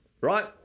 right